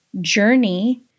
journey